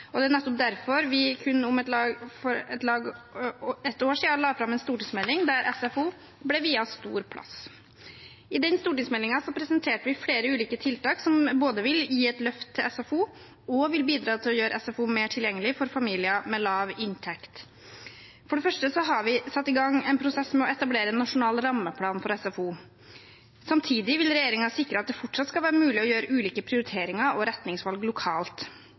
og det er nettopp derfor vi for kun om lag et år siden la fram en stortingsmelding der SFO ble viet stor plass. I den stortingsmeldingen presenterte vi flere ulike tiltak som vil både gi et løft til SFO og bidra til å gjøre SFO mer tilgjengelig for familier med lav inntekt. For det første har vi satt i gang en prosess med å etablere en nasjonal rammeplan for SFO. Samtidig vil regjeringen sikre at det fortsatt skal være mulig å gjøre ulike prioriteringer og retningsvalg lokalt.